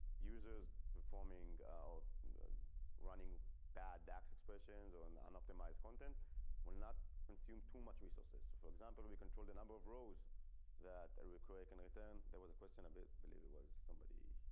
users performing out running bad dax expressions or an and unoptimized content will not consume too much resources. so for example, we control the number of rows that are required tonight and there was a question of it believe it was somebody.